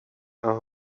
are